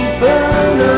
burn